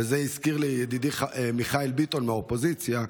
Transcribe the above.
ואת זה הזכיר לי ידידי מיכאל ביטון מהאופוזיציה,